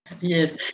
Yes